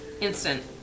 Instant